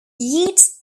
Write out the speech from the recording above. yeats